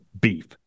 beef